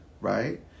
right